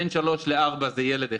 בין הגילאים שלוש וארבע זה ילד אחד,